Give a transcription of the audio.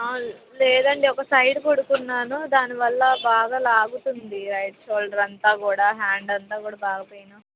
లేదండి ఒక సైడ్ పడుకున్నాను దానివల్ల బాగా లాగుతుంది రైట్ షోల్డర్ అంతా కూడా హ్యాండ్ అంతా కూడా బాగా పెయిను వస్తు